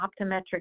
optometric